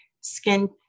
Skin